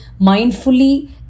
mindfully